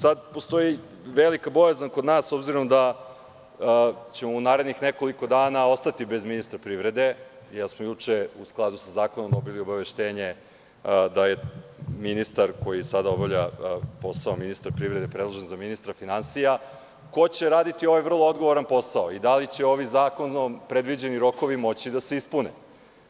Sada postoji velika bojazan kod nas, s obzirom da ćemo u narednih nekoliko dana ostati bez ministra privrede, jer smo juče u skladu sa zakonom dobili obaveštenje da je ministar koji sada obavlja posao ministra privrede predložen za ministra finansija, ko će raditi ovaj vrlo odgovoran posao i da li će ovim zakonom predviđeni rokovi moći da se ispune,